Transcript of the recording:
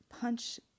punch